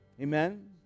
Amen